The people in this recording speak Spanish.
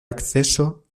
acceso